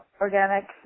organic